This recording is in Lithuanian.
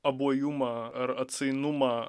abuojumą ar atsainumą